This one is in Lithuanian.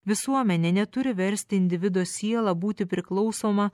visuomenė neturi versti individo siela būti priklausoma